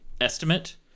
Estimate